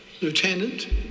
lieutenant